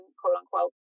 quote-unquote